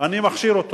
אני מכשיר אותו.